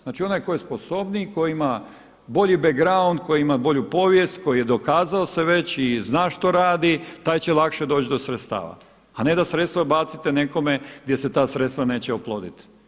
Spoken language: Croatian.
Znači onaj tko je sposobniji, tko ima bolji background tko ima bolju povijest, koji dokazao se već i zna što radi taj će lakše doći do sredstava, a ne da sredstva bacite nekome gdje se ta sredstva neće oploditi.